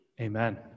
amen